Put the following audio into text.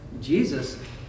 Jesus